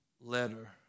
letter